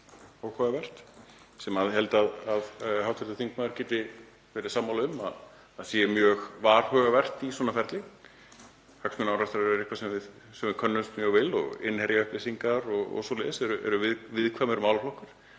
er áhugavert og ég held að hv. þingmaður geti verið sammála mér um að það sé mjög varhugavert í svona ferli. Hagsmunaárekstrar eru eitthvað sem við könnumst mjög vel og innherjaupplýsingar og svoleiðis eru viðkvæmur málaflokkur.